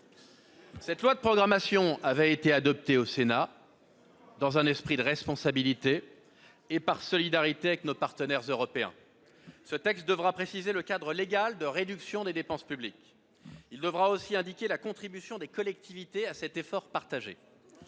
Celle-ci avait été adoptée par le Sénat, dans un esprit de responsabilité, et par solidarité avec nos partenaires européens. Le texte devra préciser le cadre global de réduction des dépenses publiques. Il devra aussi indiquer la contribution des collectivités à cet effort partagé.